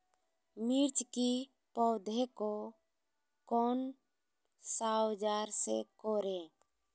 मिर्च की पौधे को कौन सा औजार से कोरे?